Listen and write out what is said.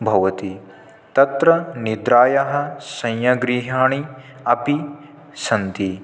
भवति तत्र निद्रायाः शय्यागृहाणि अपि सन्ति